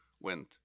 went